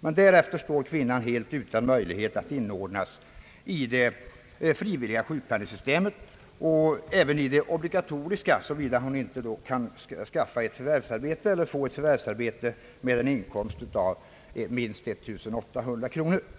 men därefter står hon utan möjlighet att inordnas i det frivilliga sjukförsäkringssystemet, liksom i det obligatoriska, om hon inte kan få ett förvärvsarbete med en inkomst av minst 1800 kronor om året.